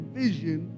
vision